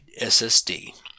SSD